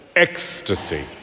Ecstasy